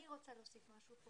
אני רוצה להוסיף משהו.